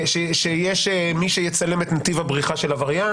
שיש שמי שיצלם את נתיב הבריחה של העבריין.